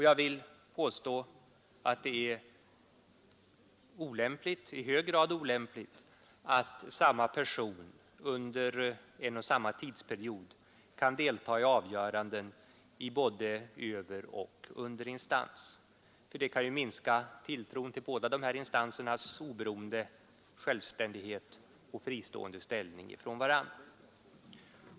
Jag vill påstå att det är i hög grad olämpligt att samma person under en och samma tidsperiod kan delta i avgöranden i både överoch underinstans — det kan ju minska tilltron till båda dessa instansers oberoende, självständighet och fristående ställning från varandra.